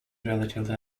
relatively